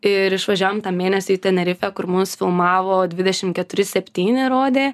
ir išvažiavom tą mėnesį į tenerifę kur mus filmavo dvidešim keturi septyni rodė